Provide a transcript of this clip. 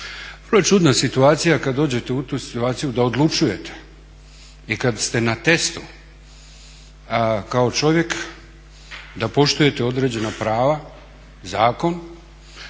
Vrlo je čudna situacija kad dođete u tu situaciju da odlučujete i kad ste na testu kao čovjek da poštujete određena prava, zakon